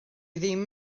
ddim